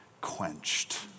quenched